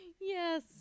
Yes